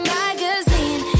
magazine